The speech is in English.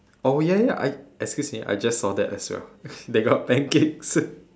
oh ya ya I I excuse me I just saw that as well they got pancakes